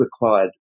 required